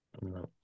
No